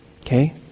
Okay